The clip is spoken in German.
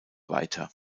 weiter